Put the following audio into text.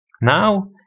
Now